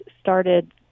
started